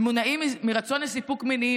"עברייני המין מונעים מרצון לסיפוק מיני,